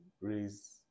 raise